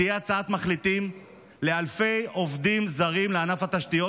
תהיה הצעת מחליטים לאלפי עובדים זרים לענף התשתיות.